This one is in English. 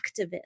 activist